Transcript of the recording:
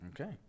Okay